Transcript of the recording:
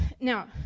Now